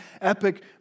epic